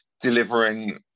delivering